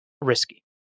risky